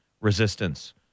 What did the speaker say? resistance